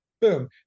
Boom